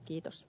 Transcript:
gitas